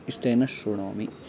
इष्टेन श्रुणोमि